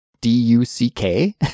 D-U-C-K